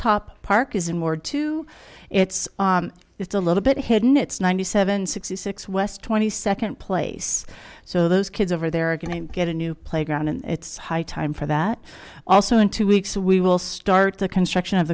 top park is unmoored two it's it's a little bit hidden it's ninety seven sixty six west twenty second place so those kids over there are going to get a new playground and it's high time for that also in two weeks we will start the construction of